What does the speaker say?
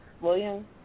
William